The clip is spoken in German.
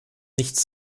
nichts